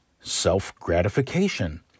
self-gratification